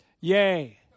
Yay